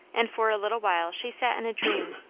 and for a little while she sat in a dream,